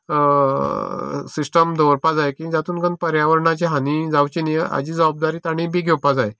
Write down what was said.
system दवरपाक जाय जातून पर्यावरणाची हानी जावची न्ही हाजी जबाबदारी तांणीय बी घेवपाक जाय